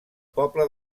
poble